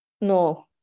No